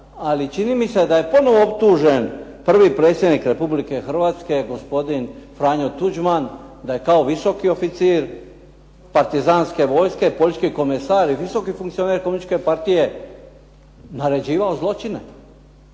ali čini mi se da je ponovo optužen prvi predsjednik Republike Hrvatske gospodin Franjo Tuđman da je kao visoki oficir partizanske vojske, politički komesar i visoki funkcioner komunističke partije naređivao zločine.